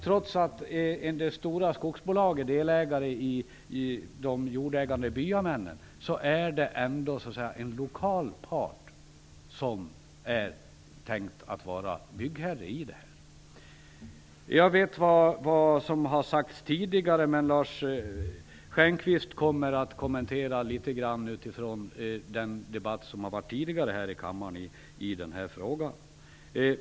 Trots att en del stora skogsbolag är delägare i Jordägande Socknemän är det en lokal part som är tänkt att vara byggherre. Jag vet vad som har sagts tidigare, men Lars Stjernkvist kommer att kommentera litet grand utifrån den debatt som har förts tidigare i kammaren i den här frågan.